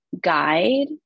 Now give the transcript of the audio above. guide